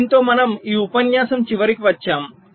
దీనితో మనము ఈ ఉపన్యాసం చివరికి వచ్చాము